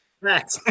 Right